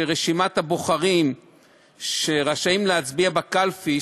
שרשימת הבוחרים שרשאים להצביע בקלפי,